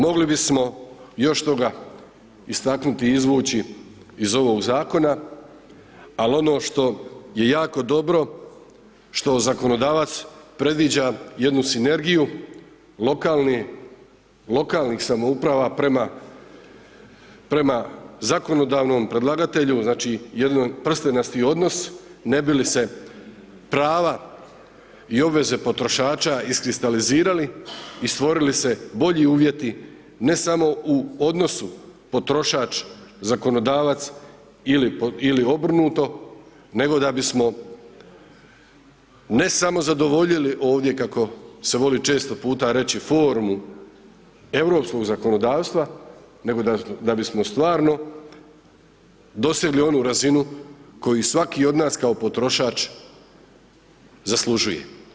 Mogli bismo još toga istaknuti i izvući iz ovog Zakona, al ono što je jako dobro, što zakonodavac predviđa jednu sinergiju lokalnih samouprava prema zakonodavnom predlagatelju, znači, jedan prstenasti odnos, ne bi li se prava i obveze potrošača iskristalizirali i stvorili se bolji uvjeti, ne samo u odnosu potrošač-zakonodavac ili obrnuto, nego da bismo, ne samo zadovoljili ovdje, kako se voli često puta reći, formu europskog zakonodavstva, nego da bismo stvarno dosegli onu razinu koju svaki od nas kao potrošač zaslužuje.